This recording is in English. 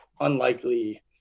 unlikely